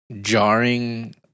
jarring